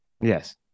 Yes